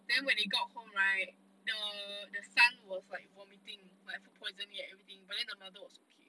then when he got home right the the son was like vomiting like food poisoning and everything but the mother was okay